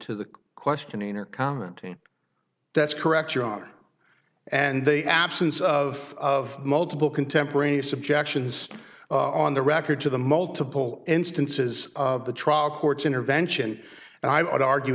to the questioning or comment that's correct your honor and they absence of of multiple contemporaneous objections on the record to the multiple instances of the trial court's intervention and i